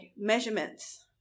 measurements